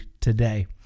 today